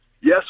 yes